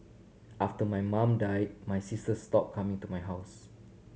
after my mum died my sister stop coming to my house